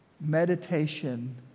Meditation